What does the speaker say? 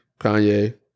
Kanye